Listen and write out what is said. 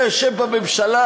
אתה יושב בממשלה,